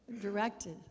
directed